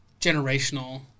generational